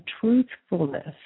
truthfulness